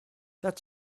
that